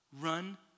run